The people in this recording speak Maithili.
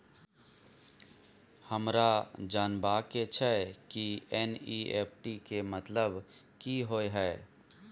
हमरा जनबा के छै की एन.ई.एफ.टी के मतलब की होए है?